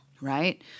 Right